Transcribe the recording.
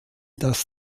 dass